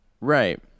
Right